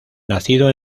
nacido